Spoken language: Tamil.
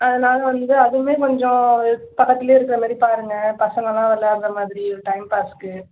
அதனால வந்து அதுவும் கொஞ்சம் இத் பக்கத்தில் இருக்கறமாரி பாருங்க பசங்களாம் விளையாட்ற மாதிரி டைம்பாஸ்க்கு